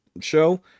show